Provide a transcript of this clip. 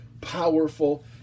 powerful